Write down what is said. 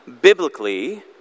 biblically